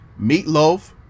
Meatloaf